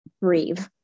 breathe